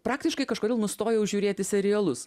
praktiškai kažkodėl nustojau žiūrėti serialus